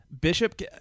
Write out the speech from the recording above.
Bishop